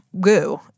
goo